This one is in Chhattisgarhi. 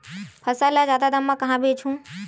फसल ल जादा दाम म कहां बेचहु?